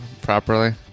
properly